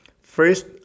First